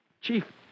Chief